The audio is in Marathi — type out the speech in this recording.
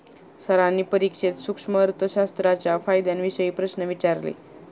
सरांनी परीक्षेत सूक्ष्म अर्थशास्त्राच्या फायद्यांविषयी प्रश्न विचारले